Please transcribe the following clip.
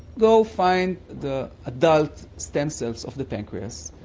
go find the adult stem cells of the pancreas,